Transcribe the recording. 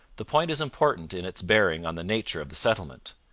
the point is important in its bearing on the nature of the settlement.